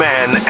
Man